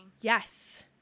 Yes